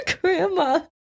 grandma